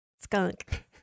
skunk